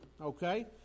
okay